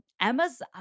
Emma's